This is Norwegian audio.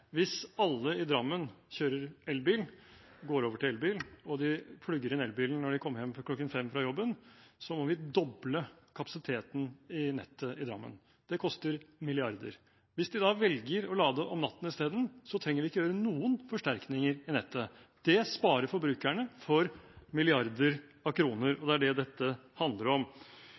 Hvis alle i Drammen går over til elbil, og de plugger inn elbilen når de kommer hjem kl. 17 fra jobben, må vi doble kapasiteten i nettet i Drammen. Det koster milliarder. Hvis de da velger å lade om natten i stedet, trenger vi ikke gjøre noen forsterkninger i nettet. Det sparer forbrukerne for milliarder av kroner, og det er det dette handler om.